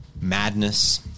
Madness